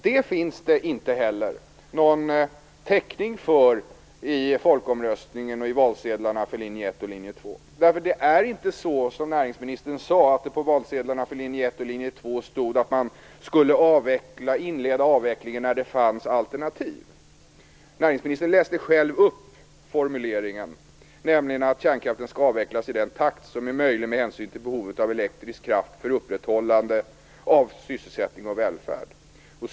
Detta fanns det ingen täckning för i folkomröstningen och på valsedlarna för linje 1 och linje 2. Det är nämligen inte så, som näringsministern sade, att det på valsedlarna för linje 1 och för linje 2 stod att man skulle inleda avvecklingen när det fanns alternativ. Näringsministern läste själv upp formuleringen, nämligen att kärnkraften skall avvecklas i den takt som är möjlig med hänsyn till behovet av elektrisk kraft för upprätthållande av sysselsättning och välfärd.